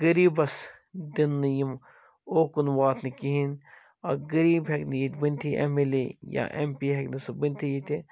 غریٖبَس دِن نہٕ یِم اوٚکُن واتنہٕ کِہیٖنٛۍ اکھ غریٖب ہیٚکہِ نہٕ ییٚتہِ بٔنتھے ایٚم ایٚل اےٚ یا ایٚم پی ہیٚکہِ نہٕ سُہ بٔنتھٕے ییٚتہِ